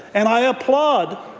and i applaud